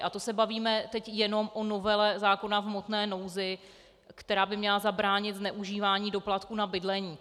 A to se bavíme teď jenom o novele zákona v hmotné nouzi, která by měla zabránit zneužívání doplatků na bydlení.